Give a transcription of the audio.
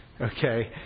Okay